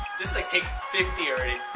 this is like take fifty already.